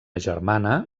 germana